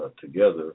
together